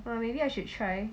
!wah! maybe I should try